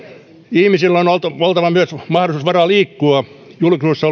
ihmisillä on myös oltava mahdollisuus ja varaa liikkua julkisuudessa